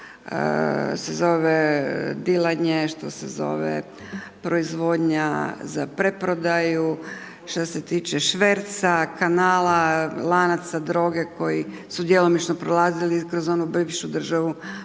što se zove dilanje, što se zove proizvodnja za preprodaju, što se tiče šverca, kanala, lanaca droge koji su djelomično prolazili kroz onu bivšu državu,